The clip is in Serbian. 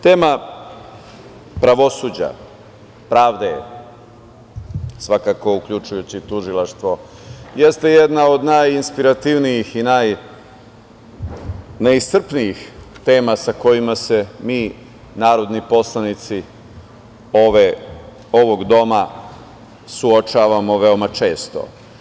Tema pravosuđa, pravde, svakako uključujući i tužilaštvo, jeste jedna od najinspirativnijih i najneiscrpnijih tema sa kojima se mi, narodni poslanici ovog doma, suočavamo veoma često.